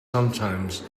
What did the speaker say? sometimes